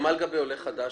מה לגבי עולה חדש?